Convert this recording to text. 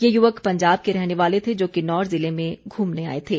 ये युवक पंजाब के रहने वाले थे जो किन्नौर ज़िले में घूमने आए थे